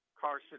Carson